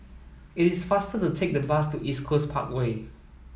it is faster to take the bus to East Coast Parkway